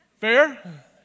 Fair